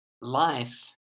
Life